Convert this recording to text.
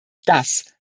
das